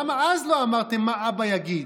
למה אז לא אמרתם: מה אבא יגיד?